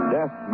Death